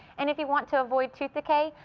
and if you want to avoid tooth decay,